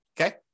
okay